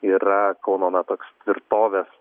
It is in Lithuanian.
yra kauno na toks tvirtovė